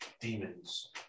demons